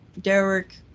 Derek